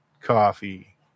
coffee